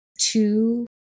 two